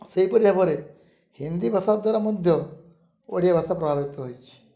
ସେହିପରି ଭାବରେ ହିନ୍ଦୀ ଭାଷା ଦ୍ୱାରା ମଧ୍ୟ ଓଡ଼ିଆ ଭାଷା ପ୍ରଭାବିତ ହୋଇଛି